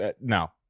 no